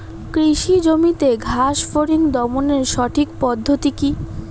কৃষি জমিতে ঘাস ফরিঙ দমনের সঠিক পদ্ধতি কি?